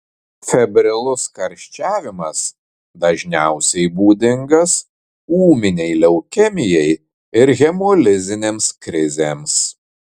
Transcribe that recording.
febrilus karščiavimas dažniausiai būdingas ūminei leukemijai ir hemolizinėms krizėms